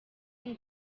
ngo